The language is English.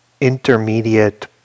intermediate